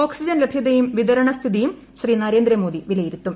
oxygen ലഭ്യതയും വിതരണ സ്ഥിതിയും ശ്രീ നരേന്ദ്രമോദി വിലയിരുത്തും